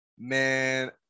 man